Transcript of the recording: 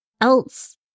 else